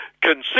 consider